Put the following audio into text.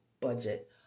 budget